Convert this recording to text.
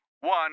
one